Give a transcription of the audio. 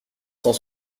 cent